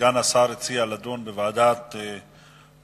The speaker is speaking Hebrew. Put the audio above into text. סגן השר הציע לדון בוועדת העבודה,